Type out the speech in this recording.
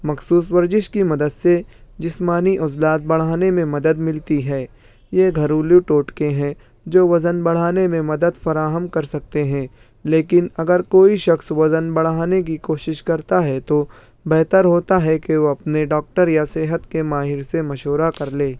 مخصوص ورزش کی مدد سے جسمانی عضلات بڑھانے میں مدد ملتی ہے یہ گھریلو ٹوٹکے ہیں جو وزن بڑھانے میں مدد فراہم کر سکتے ہیں لیکن اگر کوئی شخص وزن بڑھانے کی کوشش کرتا ہے تو بہتر ہوتا ہے کہ وہ اپنے ڈاکٹر یا صحت کے ماہر سے مشورہ کر لے